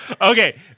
okay